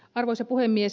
arvoisa puhemies